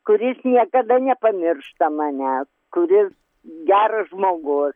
kuris niekada nepamiršta manęs kuris geras žmogus